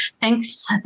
Thanks